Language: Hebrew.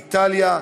איטליה,